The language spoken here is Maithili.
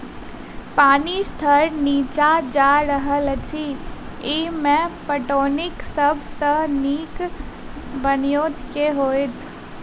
पानि स्तर नीचा जा रहल अछि, एहिमे पटौनीक सब सऽ नीक ब्योंत केँ होइत?